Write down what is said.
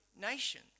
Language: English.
nation